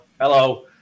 hello